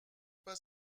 pas